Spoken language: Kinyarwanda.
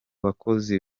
bakozi